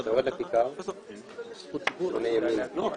היעדר תוצר שהמשק מפסיד ובמצב עניינים רגיל,